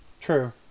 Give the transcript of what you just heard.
true